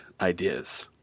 ideas